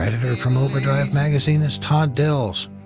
editor from overdrive magazine is todd dills.